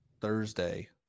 Thursday